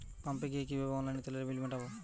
পাম্পে গিয়ে কিভাবে অনলাইনে তেলের বিল মিটাব?